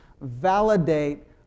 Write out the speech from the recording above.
validate